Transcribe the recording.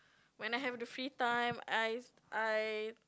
when I have the free time I I